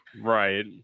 Right